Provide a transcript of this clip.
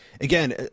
again